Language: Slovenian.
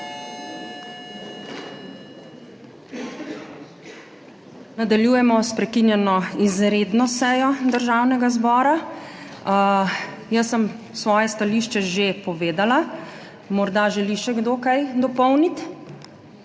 Nadaljujemo s prekinjeno izredno sejo Državnega zbora. Jaz sem svoje stališče že povedala. Morda želi še kdo kaj dopolniti?